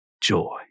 joy